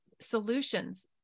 solutions